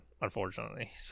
unfortunately